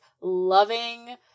Loving